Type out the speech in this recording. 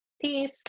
peace